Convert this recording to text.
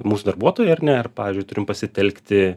mūsų darbuotojai ar ne ar pavyzdžiui turim pasitelkti